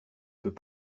peux